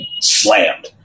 slammed